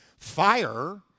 Fire